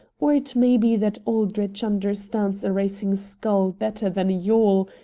or it may be that aldrich understands a racing scull better than a yawl,